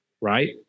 right